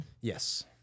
Yes